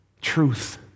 truth